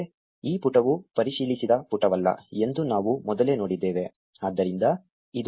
ಆದರೆ ಈ ಪುಟವು ಪರಿಶೀಲಿಸಿದ ಪುಟವಲ್ಲ ಎಂದು ನಾವು ಮೊದಲೇ ನೋಡಿದ್ದೇವೆ